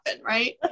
Right